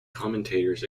commentators